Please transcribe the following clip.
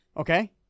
Okay